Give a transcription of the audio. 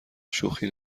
شوخی